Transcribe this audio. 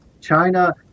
China